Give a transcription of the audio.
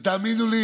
ותאמינו לי,